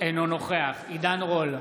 אינו נוכח עידן רול,